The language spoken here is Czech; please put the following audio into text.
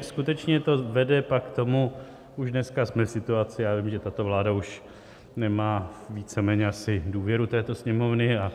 Skutečně to pak vede k tomu, už dneska jsme v situaci a vím, že tato vláda už nemá víceméně asi důvěru této Sněmovny a